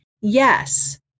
Yes